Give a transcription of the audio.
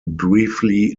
briefly